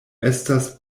estas